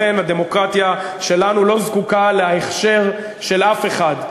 לכן, הדמוקרטיה שלנו לא זקוקה להכשר של אף אחד.